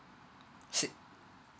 sit